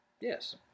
Yes